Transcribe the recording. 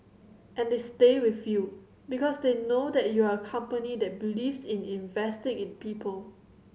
and they stay with you because they know that you are company that believes in investing in people